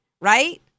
right